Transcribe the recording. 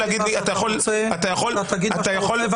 אתה תגיד מה שאתה רוצה,